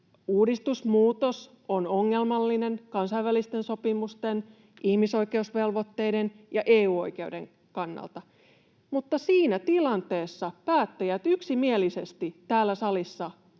uudistus, muutos, on ongelmallinen kansainvälisten sopimusten, ihmisoikeusvelvoitteiden ja EU-oikeuden kannalta. Mutta siinä tilanteessa päättäjät yksimielisesti täällä salissa —